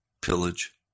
pillage